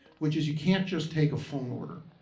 which is you can't just take a phone order,